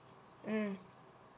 mm